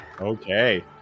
Okay